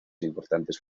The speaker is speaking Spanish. importantes